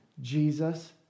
Jesus